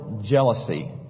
jealousy